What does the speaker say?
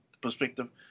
perspective